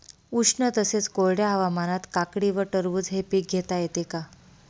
उष्ण तसेच कोरड्या हवामानात काकडी व टरबूज हे पीक घेता येते का?